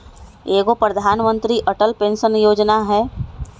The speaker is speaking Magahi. एगो प्रधानमंत्री अटल पेंसन योजना है?